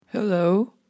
Hello